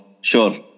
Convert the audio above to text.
sure